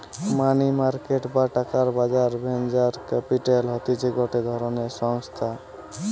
মানি market বা টাকার বাজার ভেঞ্চার ক্যাপিটাল হতিছে গটে ধরণের সংস্থা